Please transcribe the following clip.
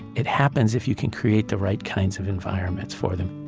it happens if you can create the right kinds of environments for them